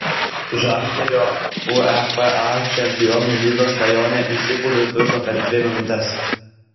žalgirio uefa čempionų lygos svajonė į šipulius dužo per dvi minutes